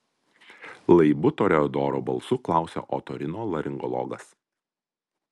laibu toreadoro balsu klausia otorinolaringologas